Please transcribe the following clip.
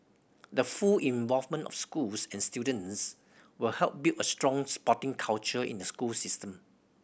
the full involvement of schools and students will help build a strong sporting culture in the school system